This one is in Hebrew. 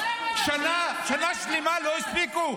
שנה שלמה לא הספיקו?